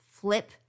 flip